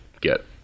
get